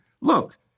Look